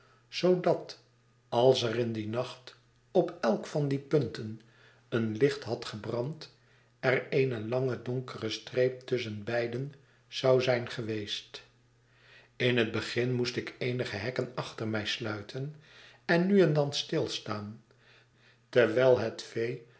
zoodat als er in dien nacht op elk van die punten een licht had gebrand er eene lange donkere streep tusschen beiden zou zijn geweest in het begin moest ik eenige hekken achter mij sluiten en nu en dan stilstaan terwijl het